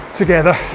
together